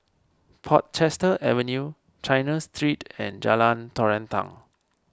Portchester Avenue China Street and Jalan Terentang